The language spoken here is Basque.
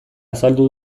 azaldu